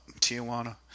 Tijuana